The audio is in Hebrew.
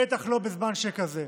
בטח לא בזמן שכזה.